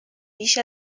بیش